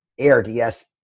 ARDS